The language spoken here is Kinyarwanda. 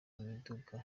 miduga